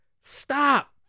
Stop